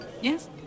Yes